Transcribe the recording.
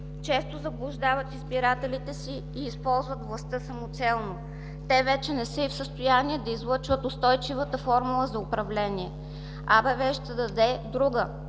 често заблуждават избирателите и използват властта самоцелно. Те вече не са и в състояние да излъчват устойчивата формула за управление. АБВ ще даде друга,